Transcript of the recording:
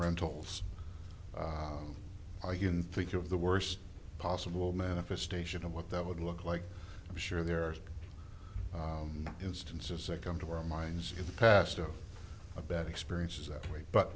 rentals i can think of the worst possible manifestation of what that would look like i'm sure there are instances that come to our minds in the past of a bad experiences that way but